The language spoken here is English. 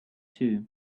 too